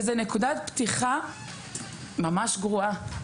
וזה נקודת פתיחה ממש גרועה.